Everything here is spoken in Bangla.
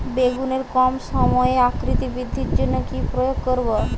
বেগুনের কম সময়ে আকৃতি বৃদ্ধির জন্য কি প্রয়োগ করব?